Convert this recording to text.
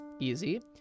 easy